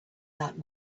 that